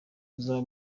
buzaba